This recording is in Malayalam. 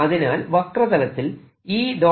അതിനാൽ വക്രതലത്തിൽ E